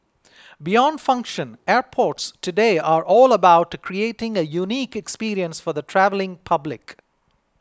beyond function airports today are all about creating a unique experience for the travelling public